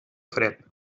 fred